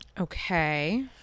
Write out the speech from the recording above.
Okay